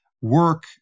work